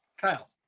Kyle